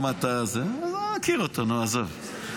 אני מכיר אותו, עזוב.